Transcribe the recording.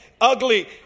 ugly